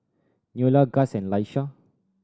Neola Gust and Laisha